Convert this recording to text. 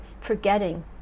forgetting